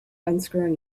unscrewing